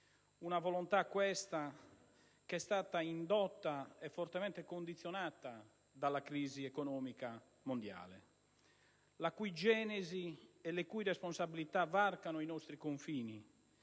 Una volontà, questa, che è stata indotta e fortemente condizionata dalla crisi economica mondiale, la cui genesi e le cui responsabilità varcano i nostri confini,